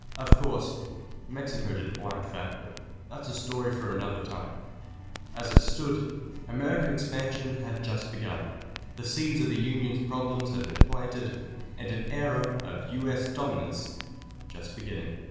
of course mexico didn't like that, but that's a story for another time as it stood american expansion had just begun the seeds of the union's problems had been planted and an era of us dominance just beginning